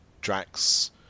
Drax